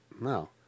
no